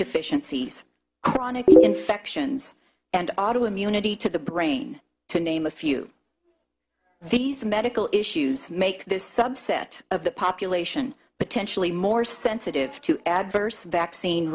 deficiencies chronic infections and auto immunity to the brain to name a few these medical issues make this subset of the population potentially more sensitive to adverse vaccine